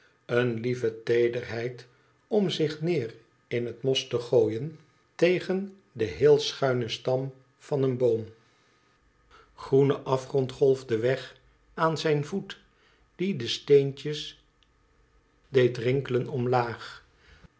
een lieve teederheid om zich neer in het mos te gooien tegen den heel schuinen stam van een boom golf weg aan zijn voei aie uc mccihj rinkelen omlaag